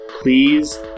Please